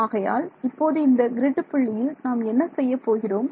ஆகையால் இப்போது இந்த கிரிட் புள்ளியில் நாம் என்ன செய்யப் போகிறோம்